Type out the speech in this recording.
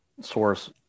source